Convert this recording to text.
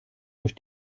durch